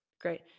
great